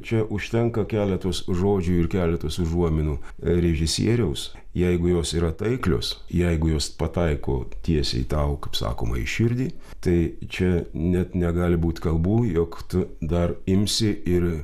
čia užtenka keletos žodžių ir keletos užuominų režisieriaus jeigu jos yra taiklios jeigu jos pataiko tiesiai tau kaip sakoma į širdį tai čia net negali būti kalbų jog tu dar imsi ir